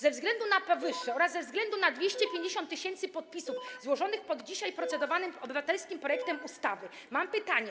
Ze względu na powyższe oraz ze względu na 250 tys. podpisów złożonych pod dzisiaj procedowanym obywatelskim projektem ustawy mam pytanie: